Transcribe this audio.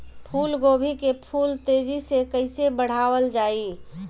फूल गोभी के फूल तेजी से कइसे बढ़ावल जाई?